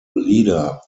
leader